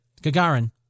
Gagarin